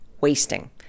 wasting